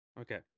Okay